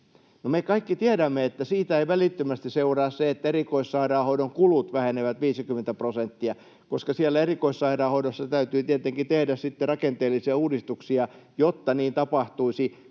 me kaikki tiedämme, että siitä ei välittömästi seuraa se, että erikoissairaanhoidon kulut vähenevät 50 prosenttia, koska siellä erikoissairaanhoidossa täytyy tietenkin tehdä sitten rakenteellisia uudistuksia, jotta niin tapahtuisi,